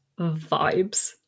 vibes